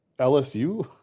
LSU